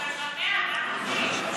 אבל ב-100, מה עושים?